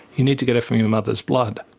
you need to get it from your mother's blood.